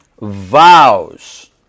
vows